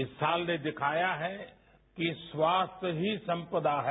इस साल ने दिखाया है कि स्वास्थ्य ही सम्पदा है